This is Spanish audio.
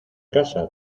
casa